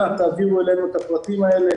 אנא תעבירו אלינו את הפרטים האלה.